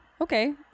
okay